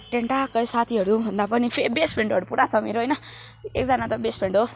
त्यहाँदेखि ट्क्कै साथीहरूभन्दा पनि बेस्ट फ्रेन्डहरू पुरा छ मेरो होइन एकजना त बेस्ट फ्रेन्ड हो